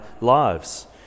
lives